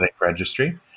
Registry